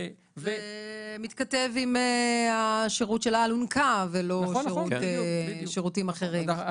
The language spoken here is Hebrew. זה מתכתב עם השירות של האלונקה ולא שירותים אחרים.